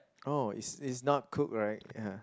oh it's it's not cooked right ya